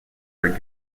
are